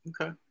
Okay